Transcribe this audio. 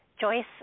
Joyce